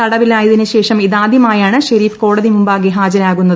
തടവിലായതിന് ശേഷം ഇതാദ്യമായാണ് ഷെരീഫ് കോടതി മുമ്പാകെ ഹാജരാകുന്നത്